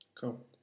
Cool